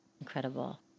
Incredible